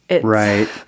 Right